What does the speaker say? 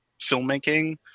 filmmaking